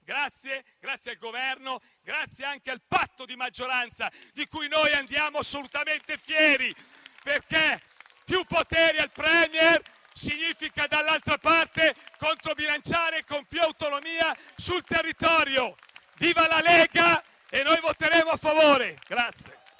Grazie al Governo. Grazie anche al patto di maggioranza di cui noi andiamo assolutamente fieri. Più poteri al *Premier* significa, dall'altra parte, controbilanciare con più autonomia sul territorio. Viva la Lega! Noi esprimeremo un voto